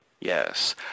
Yes